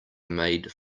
made